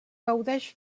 gaudeix